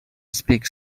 speak